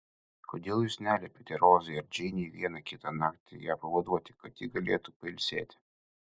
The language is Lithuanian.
kodėl jūs neliepiate rozai ar džeinei vieną kitą naktį ją pavaduoti kad ji galėtų pailsėti